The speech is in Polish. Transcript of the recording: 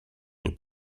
nie